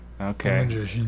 Okay